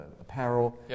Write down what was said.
apparel